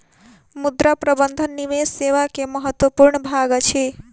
मुद्रा प्रबंधन निवेश सेवा के महत्वपूर्ण भाग अछि